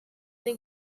then